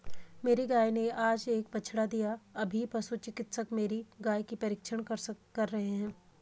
मेरी गाय ने आज एक बछड़ा दिया अभी पशु चिकित्सक मेरी गाय की परीक्षण कर रहे हैं